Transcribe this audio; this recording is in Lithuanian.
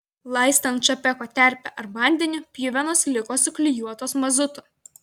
laistant čapeko terpe ar vandeniu pjuvenos liko suklijuotos mazutu